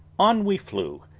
on we flew,